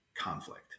conflict